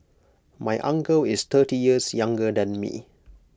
my uncle is thirty years younger than me